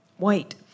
white